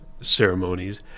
ceremonies